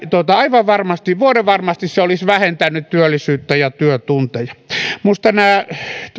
aivan varmasti vuorenvarmasti se olisi vähentänyt työllisyyttä ja työtunteja minusta nämä